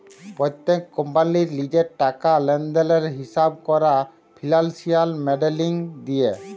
প্যত্তেক কম্পালির লিজের টাকা লেলদেলের হিঁসাব ক্যরা ফিল্যালসিয়াল মডেলিং দিয়ে